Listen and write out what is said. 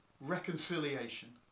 reconciliation